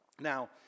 Now